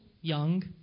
young